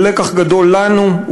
הוא לקח גדול לנו,